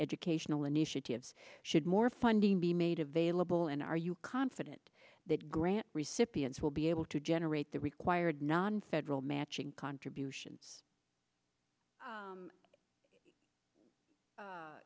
educational initiatives should more funding be made available and are you confident that grant recipients will be able to generate the required non federal matching contributions